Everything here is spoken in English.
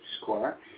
score